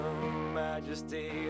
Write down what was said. majesty